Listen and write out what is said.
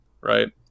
right